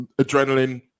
adrenaline